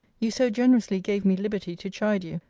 you so generously gave me liberty to chide you,